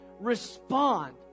Respond